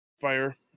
Fire